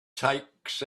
takes